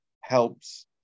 helps